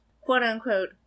quote-unquote